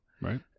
right